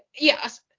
Yes